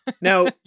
Now